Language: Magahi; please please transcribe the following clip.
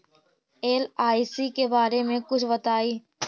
एल.आई.सी के बारे मे कुछ बताई?